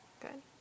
Good